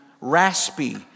raspy